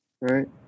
right